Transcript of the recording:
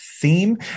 theme